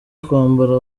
kwambara